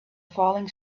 falling